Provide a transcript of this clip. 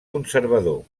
conservador